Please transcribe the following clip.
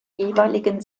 jeweiligen